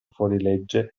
fuorilegge